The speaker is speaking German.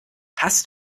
hast